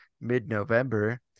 mid-November